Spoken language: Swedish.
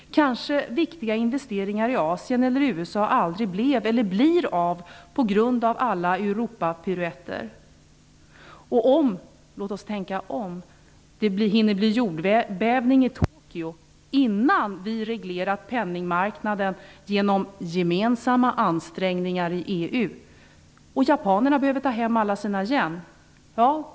Kanske blev eller blir viktiga investeringar i Asien eller USA aldrig av på grund av alla Europapiruetter. Tänk om det hinner bli jordbävning i Tokyo innan vi har reglerat penningmarknaden genom gemensamma ansträngningar i EU och japanerna behöver ta hem alla sina yen!